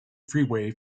freeway